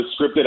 scripted